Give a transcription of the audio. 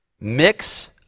Mix